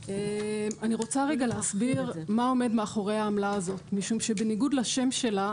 אני רוצה רגע להסביר מה עומד מאחורי העמלה הזאת משום שבניגוד לשם שלה,